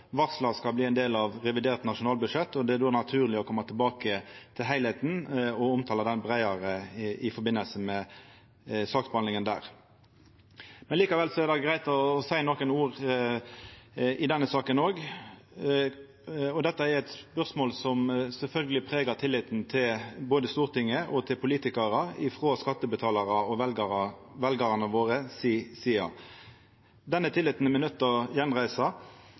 varsla skal bli ein del av revidert nasjonalbudsjett, og det er då naturleg å koma tilbake til heilskapen og omtala den breiare i samband med saksbehandlinga då. Likevel er det greitt å seia nokre ord i denne saka også. Dette er eit spørsmål som sjølvsagt pregar tilliten til både Stortinget og til politikarar frå skattebetalarar og veljarane si side. Denne tilliten er me nøydde til å gjenreisa.